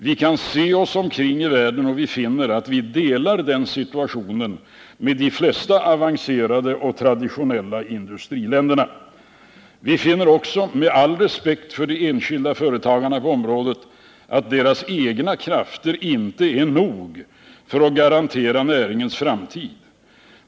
Vi kan se oss omkring i världen, och vi finner att vi delar den situationen med de flesta avancerade och traditionella industriländer. Vi finner också, med all respekt för de enskilda företagarna på området, att deras egna krafter ej är nog för att garantera näringens framtid.